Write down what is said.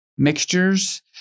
mixtures